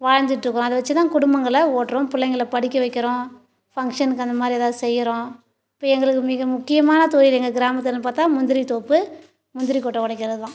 வாழ்ந்துகிட்டு இருக்கிறோம் அதை வச்சி தான் குடும்பங்களை ஓட்டுறோம் பிள்ளைங்கள படிக்க வைக்கிறோம் ஃபங்க்ஷனுக்கு அந்த மாரி ஏதாவது செய்யறோம் இப்போ எங்களுக்கு மிக முக்கியமான தொழில் எங்கள் கிராமத்துலன்னு பார்த்தா முந்திரி தோப்பு முந்திரி கொட்டை ஒடைக்கிறது தான்